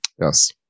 yes